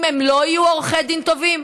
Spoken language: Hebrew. אם הם לא יהיו עורכי דין טובים,